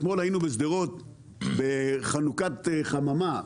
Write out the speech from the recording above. אתמול היינו בשדרות בחנוכת חממה.